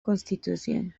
constitución